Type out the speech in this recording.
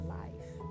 life